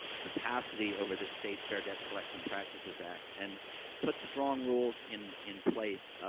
capacity over the state fair debt collection practices act and put strong rules in in place. um,